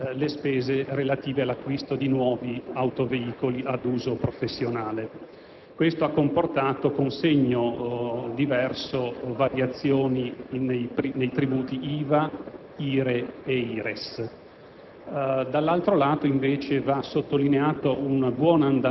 della facoltà di dedurre pienamente le spese relative all'acquisto di nuovi autoveicoli ad uso professionale. Questo ha comportato, con segno diverso, variazioni nei tributi IVA, IRE e IRES.